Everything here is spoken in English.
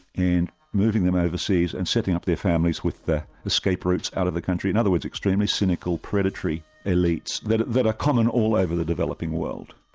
and moving them overseas and setting up their families with escape routes out of the country in other words, extremely cynical predatory elites, that that are common all over the developing world.